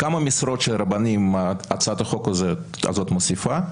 של רבנים הצעת החוק הזאת מוסיפה?